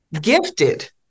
gifted